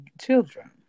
children